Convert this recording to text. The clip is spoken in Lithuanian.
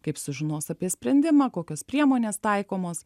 kaip sužinos apie sprendimą kokios priemonės taikomos